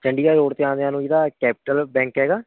Chandigarh road 'ਤੇ ਆਉਂਦਿਆ ਨੂੰ ਜਿਹੜਾ ਕੈਪੀਟਲ ਬੈਂਕ ਹੈਗਾ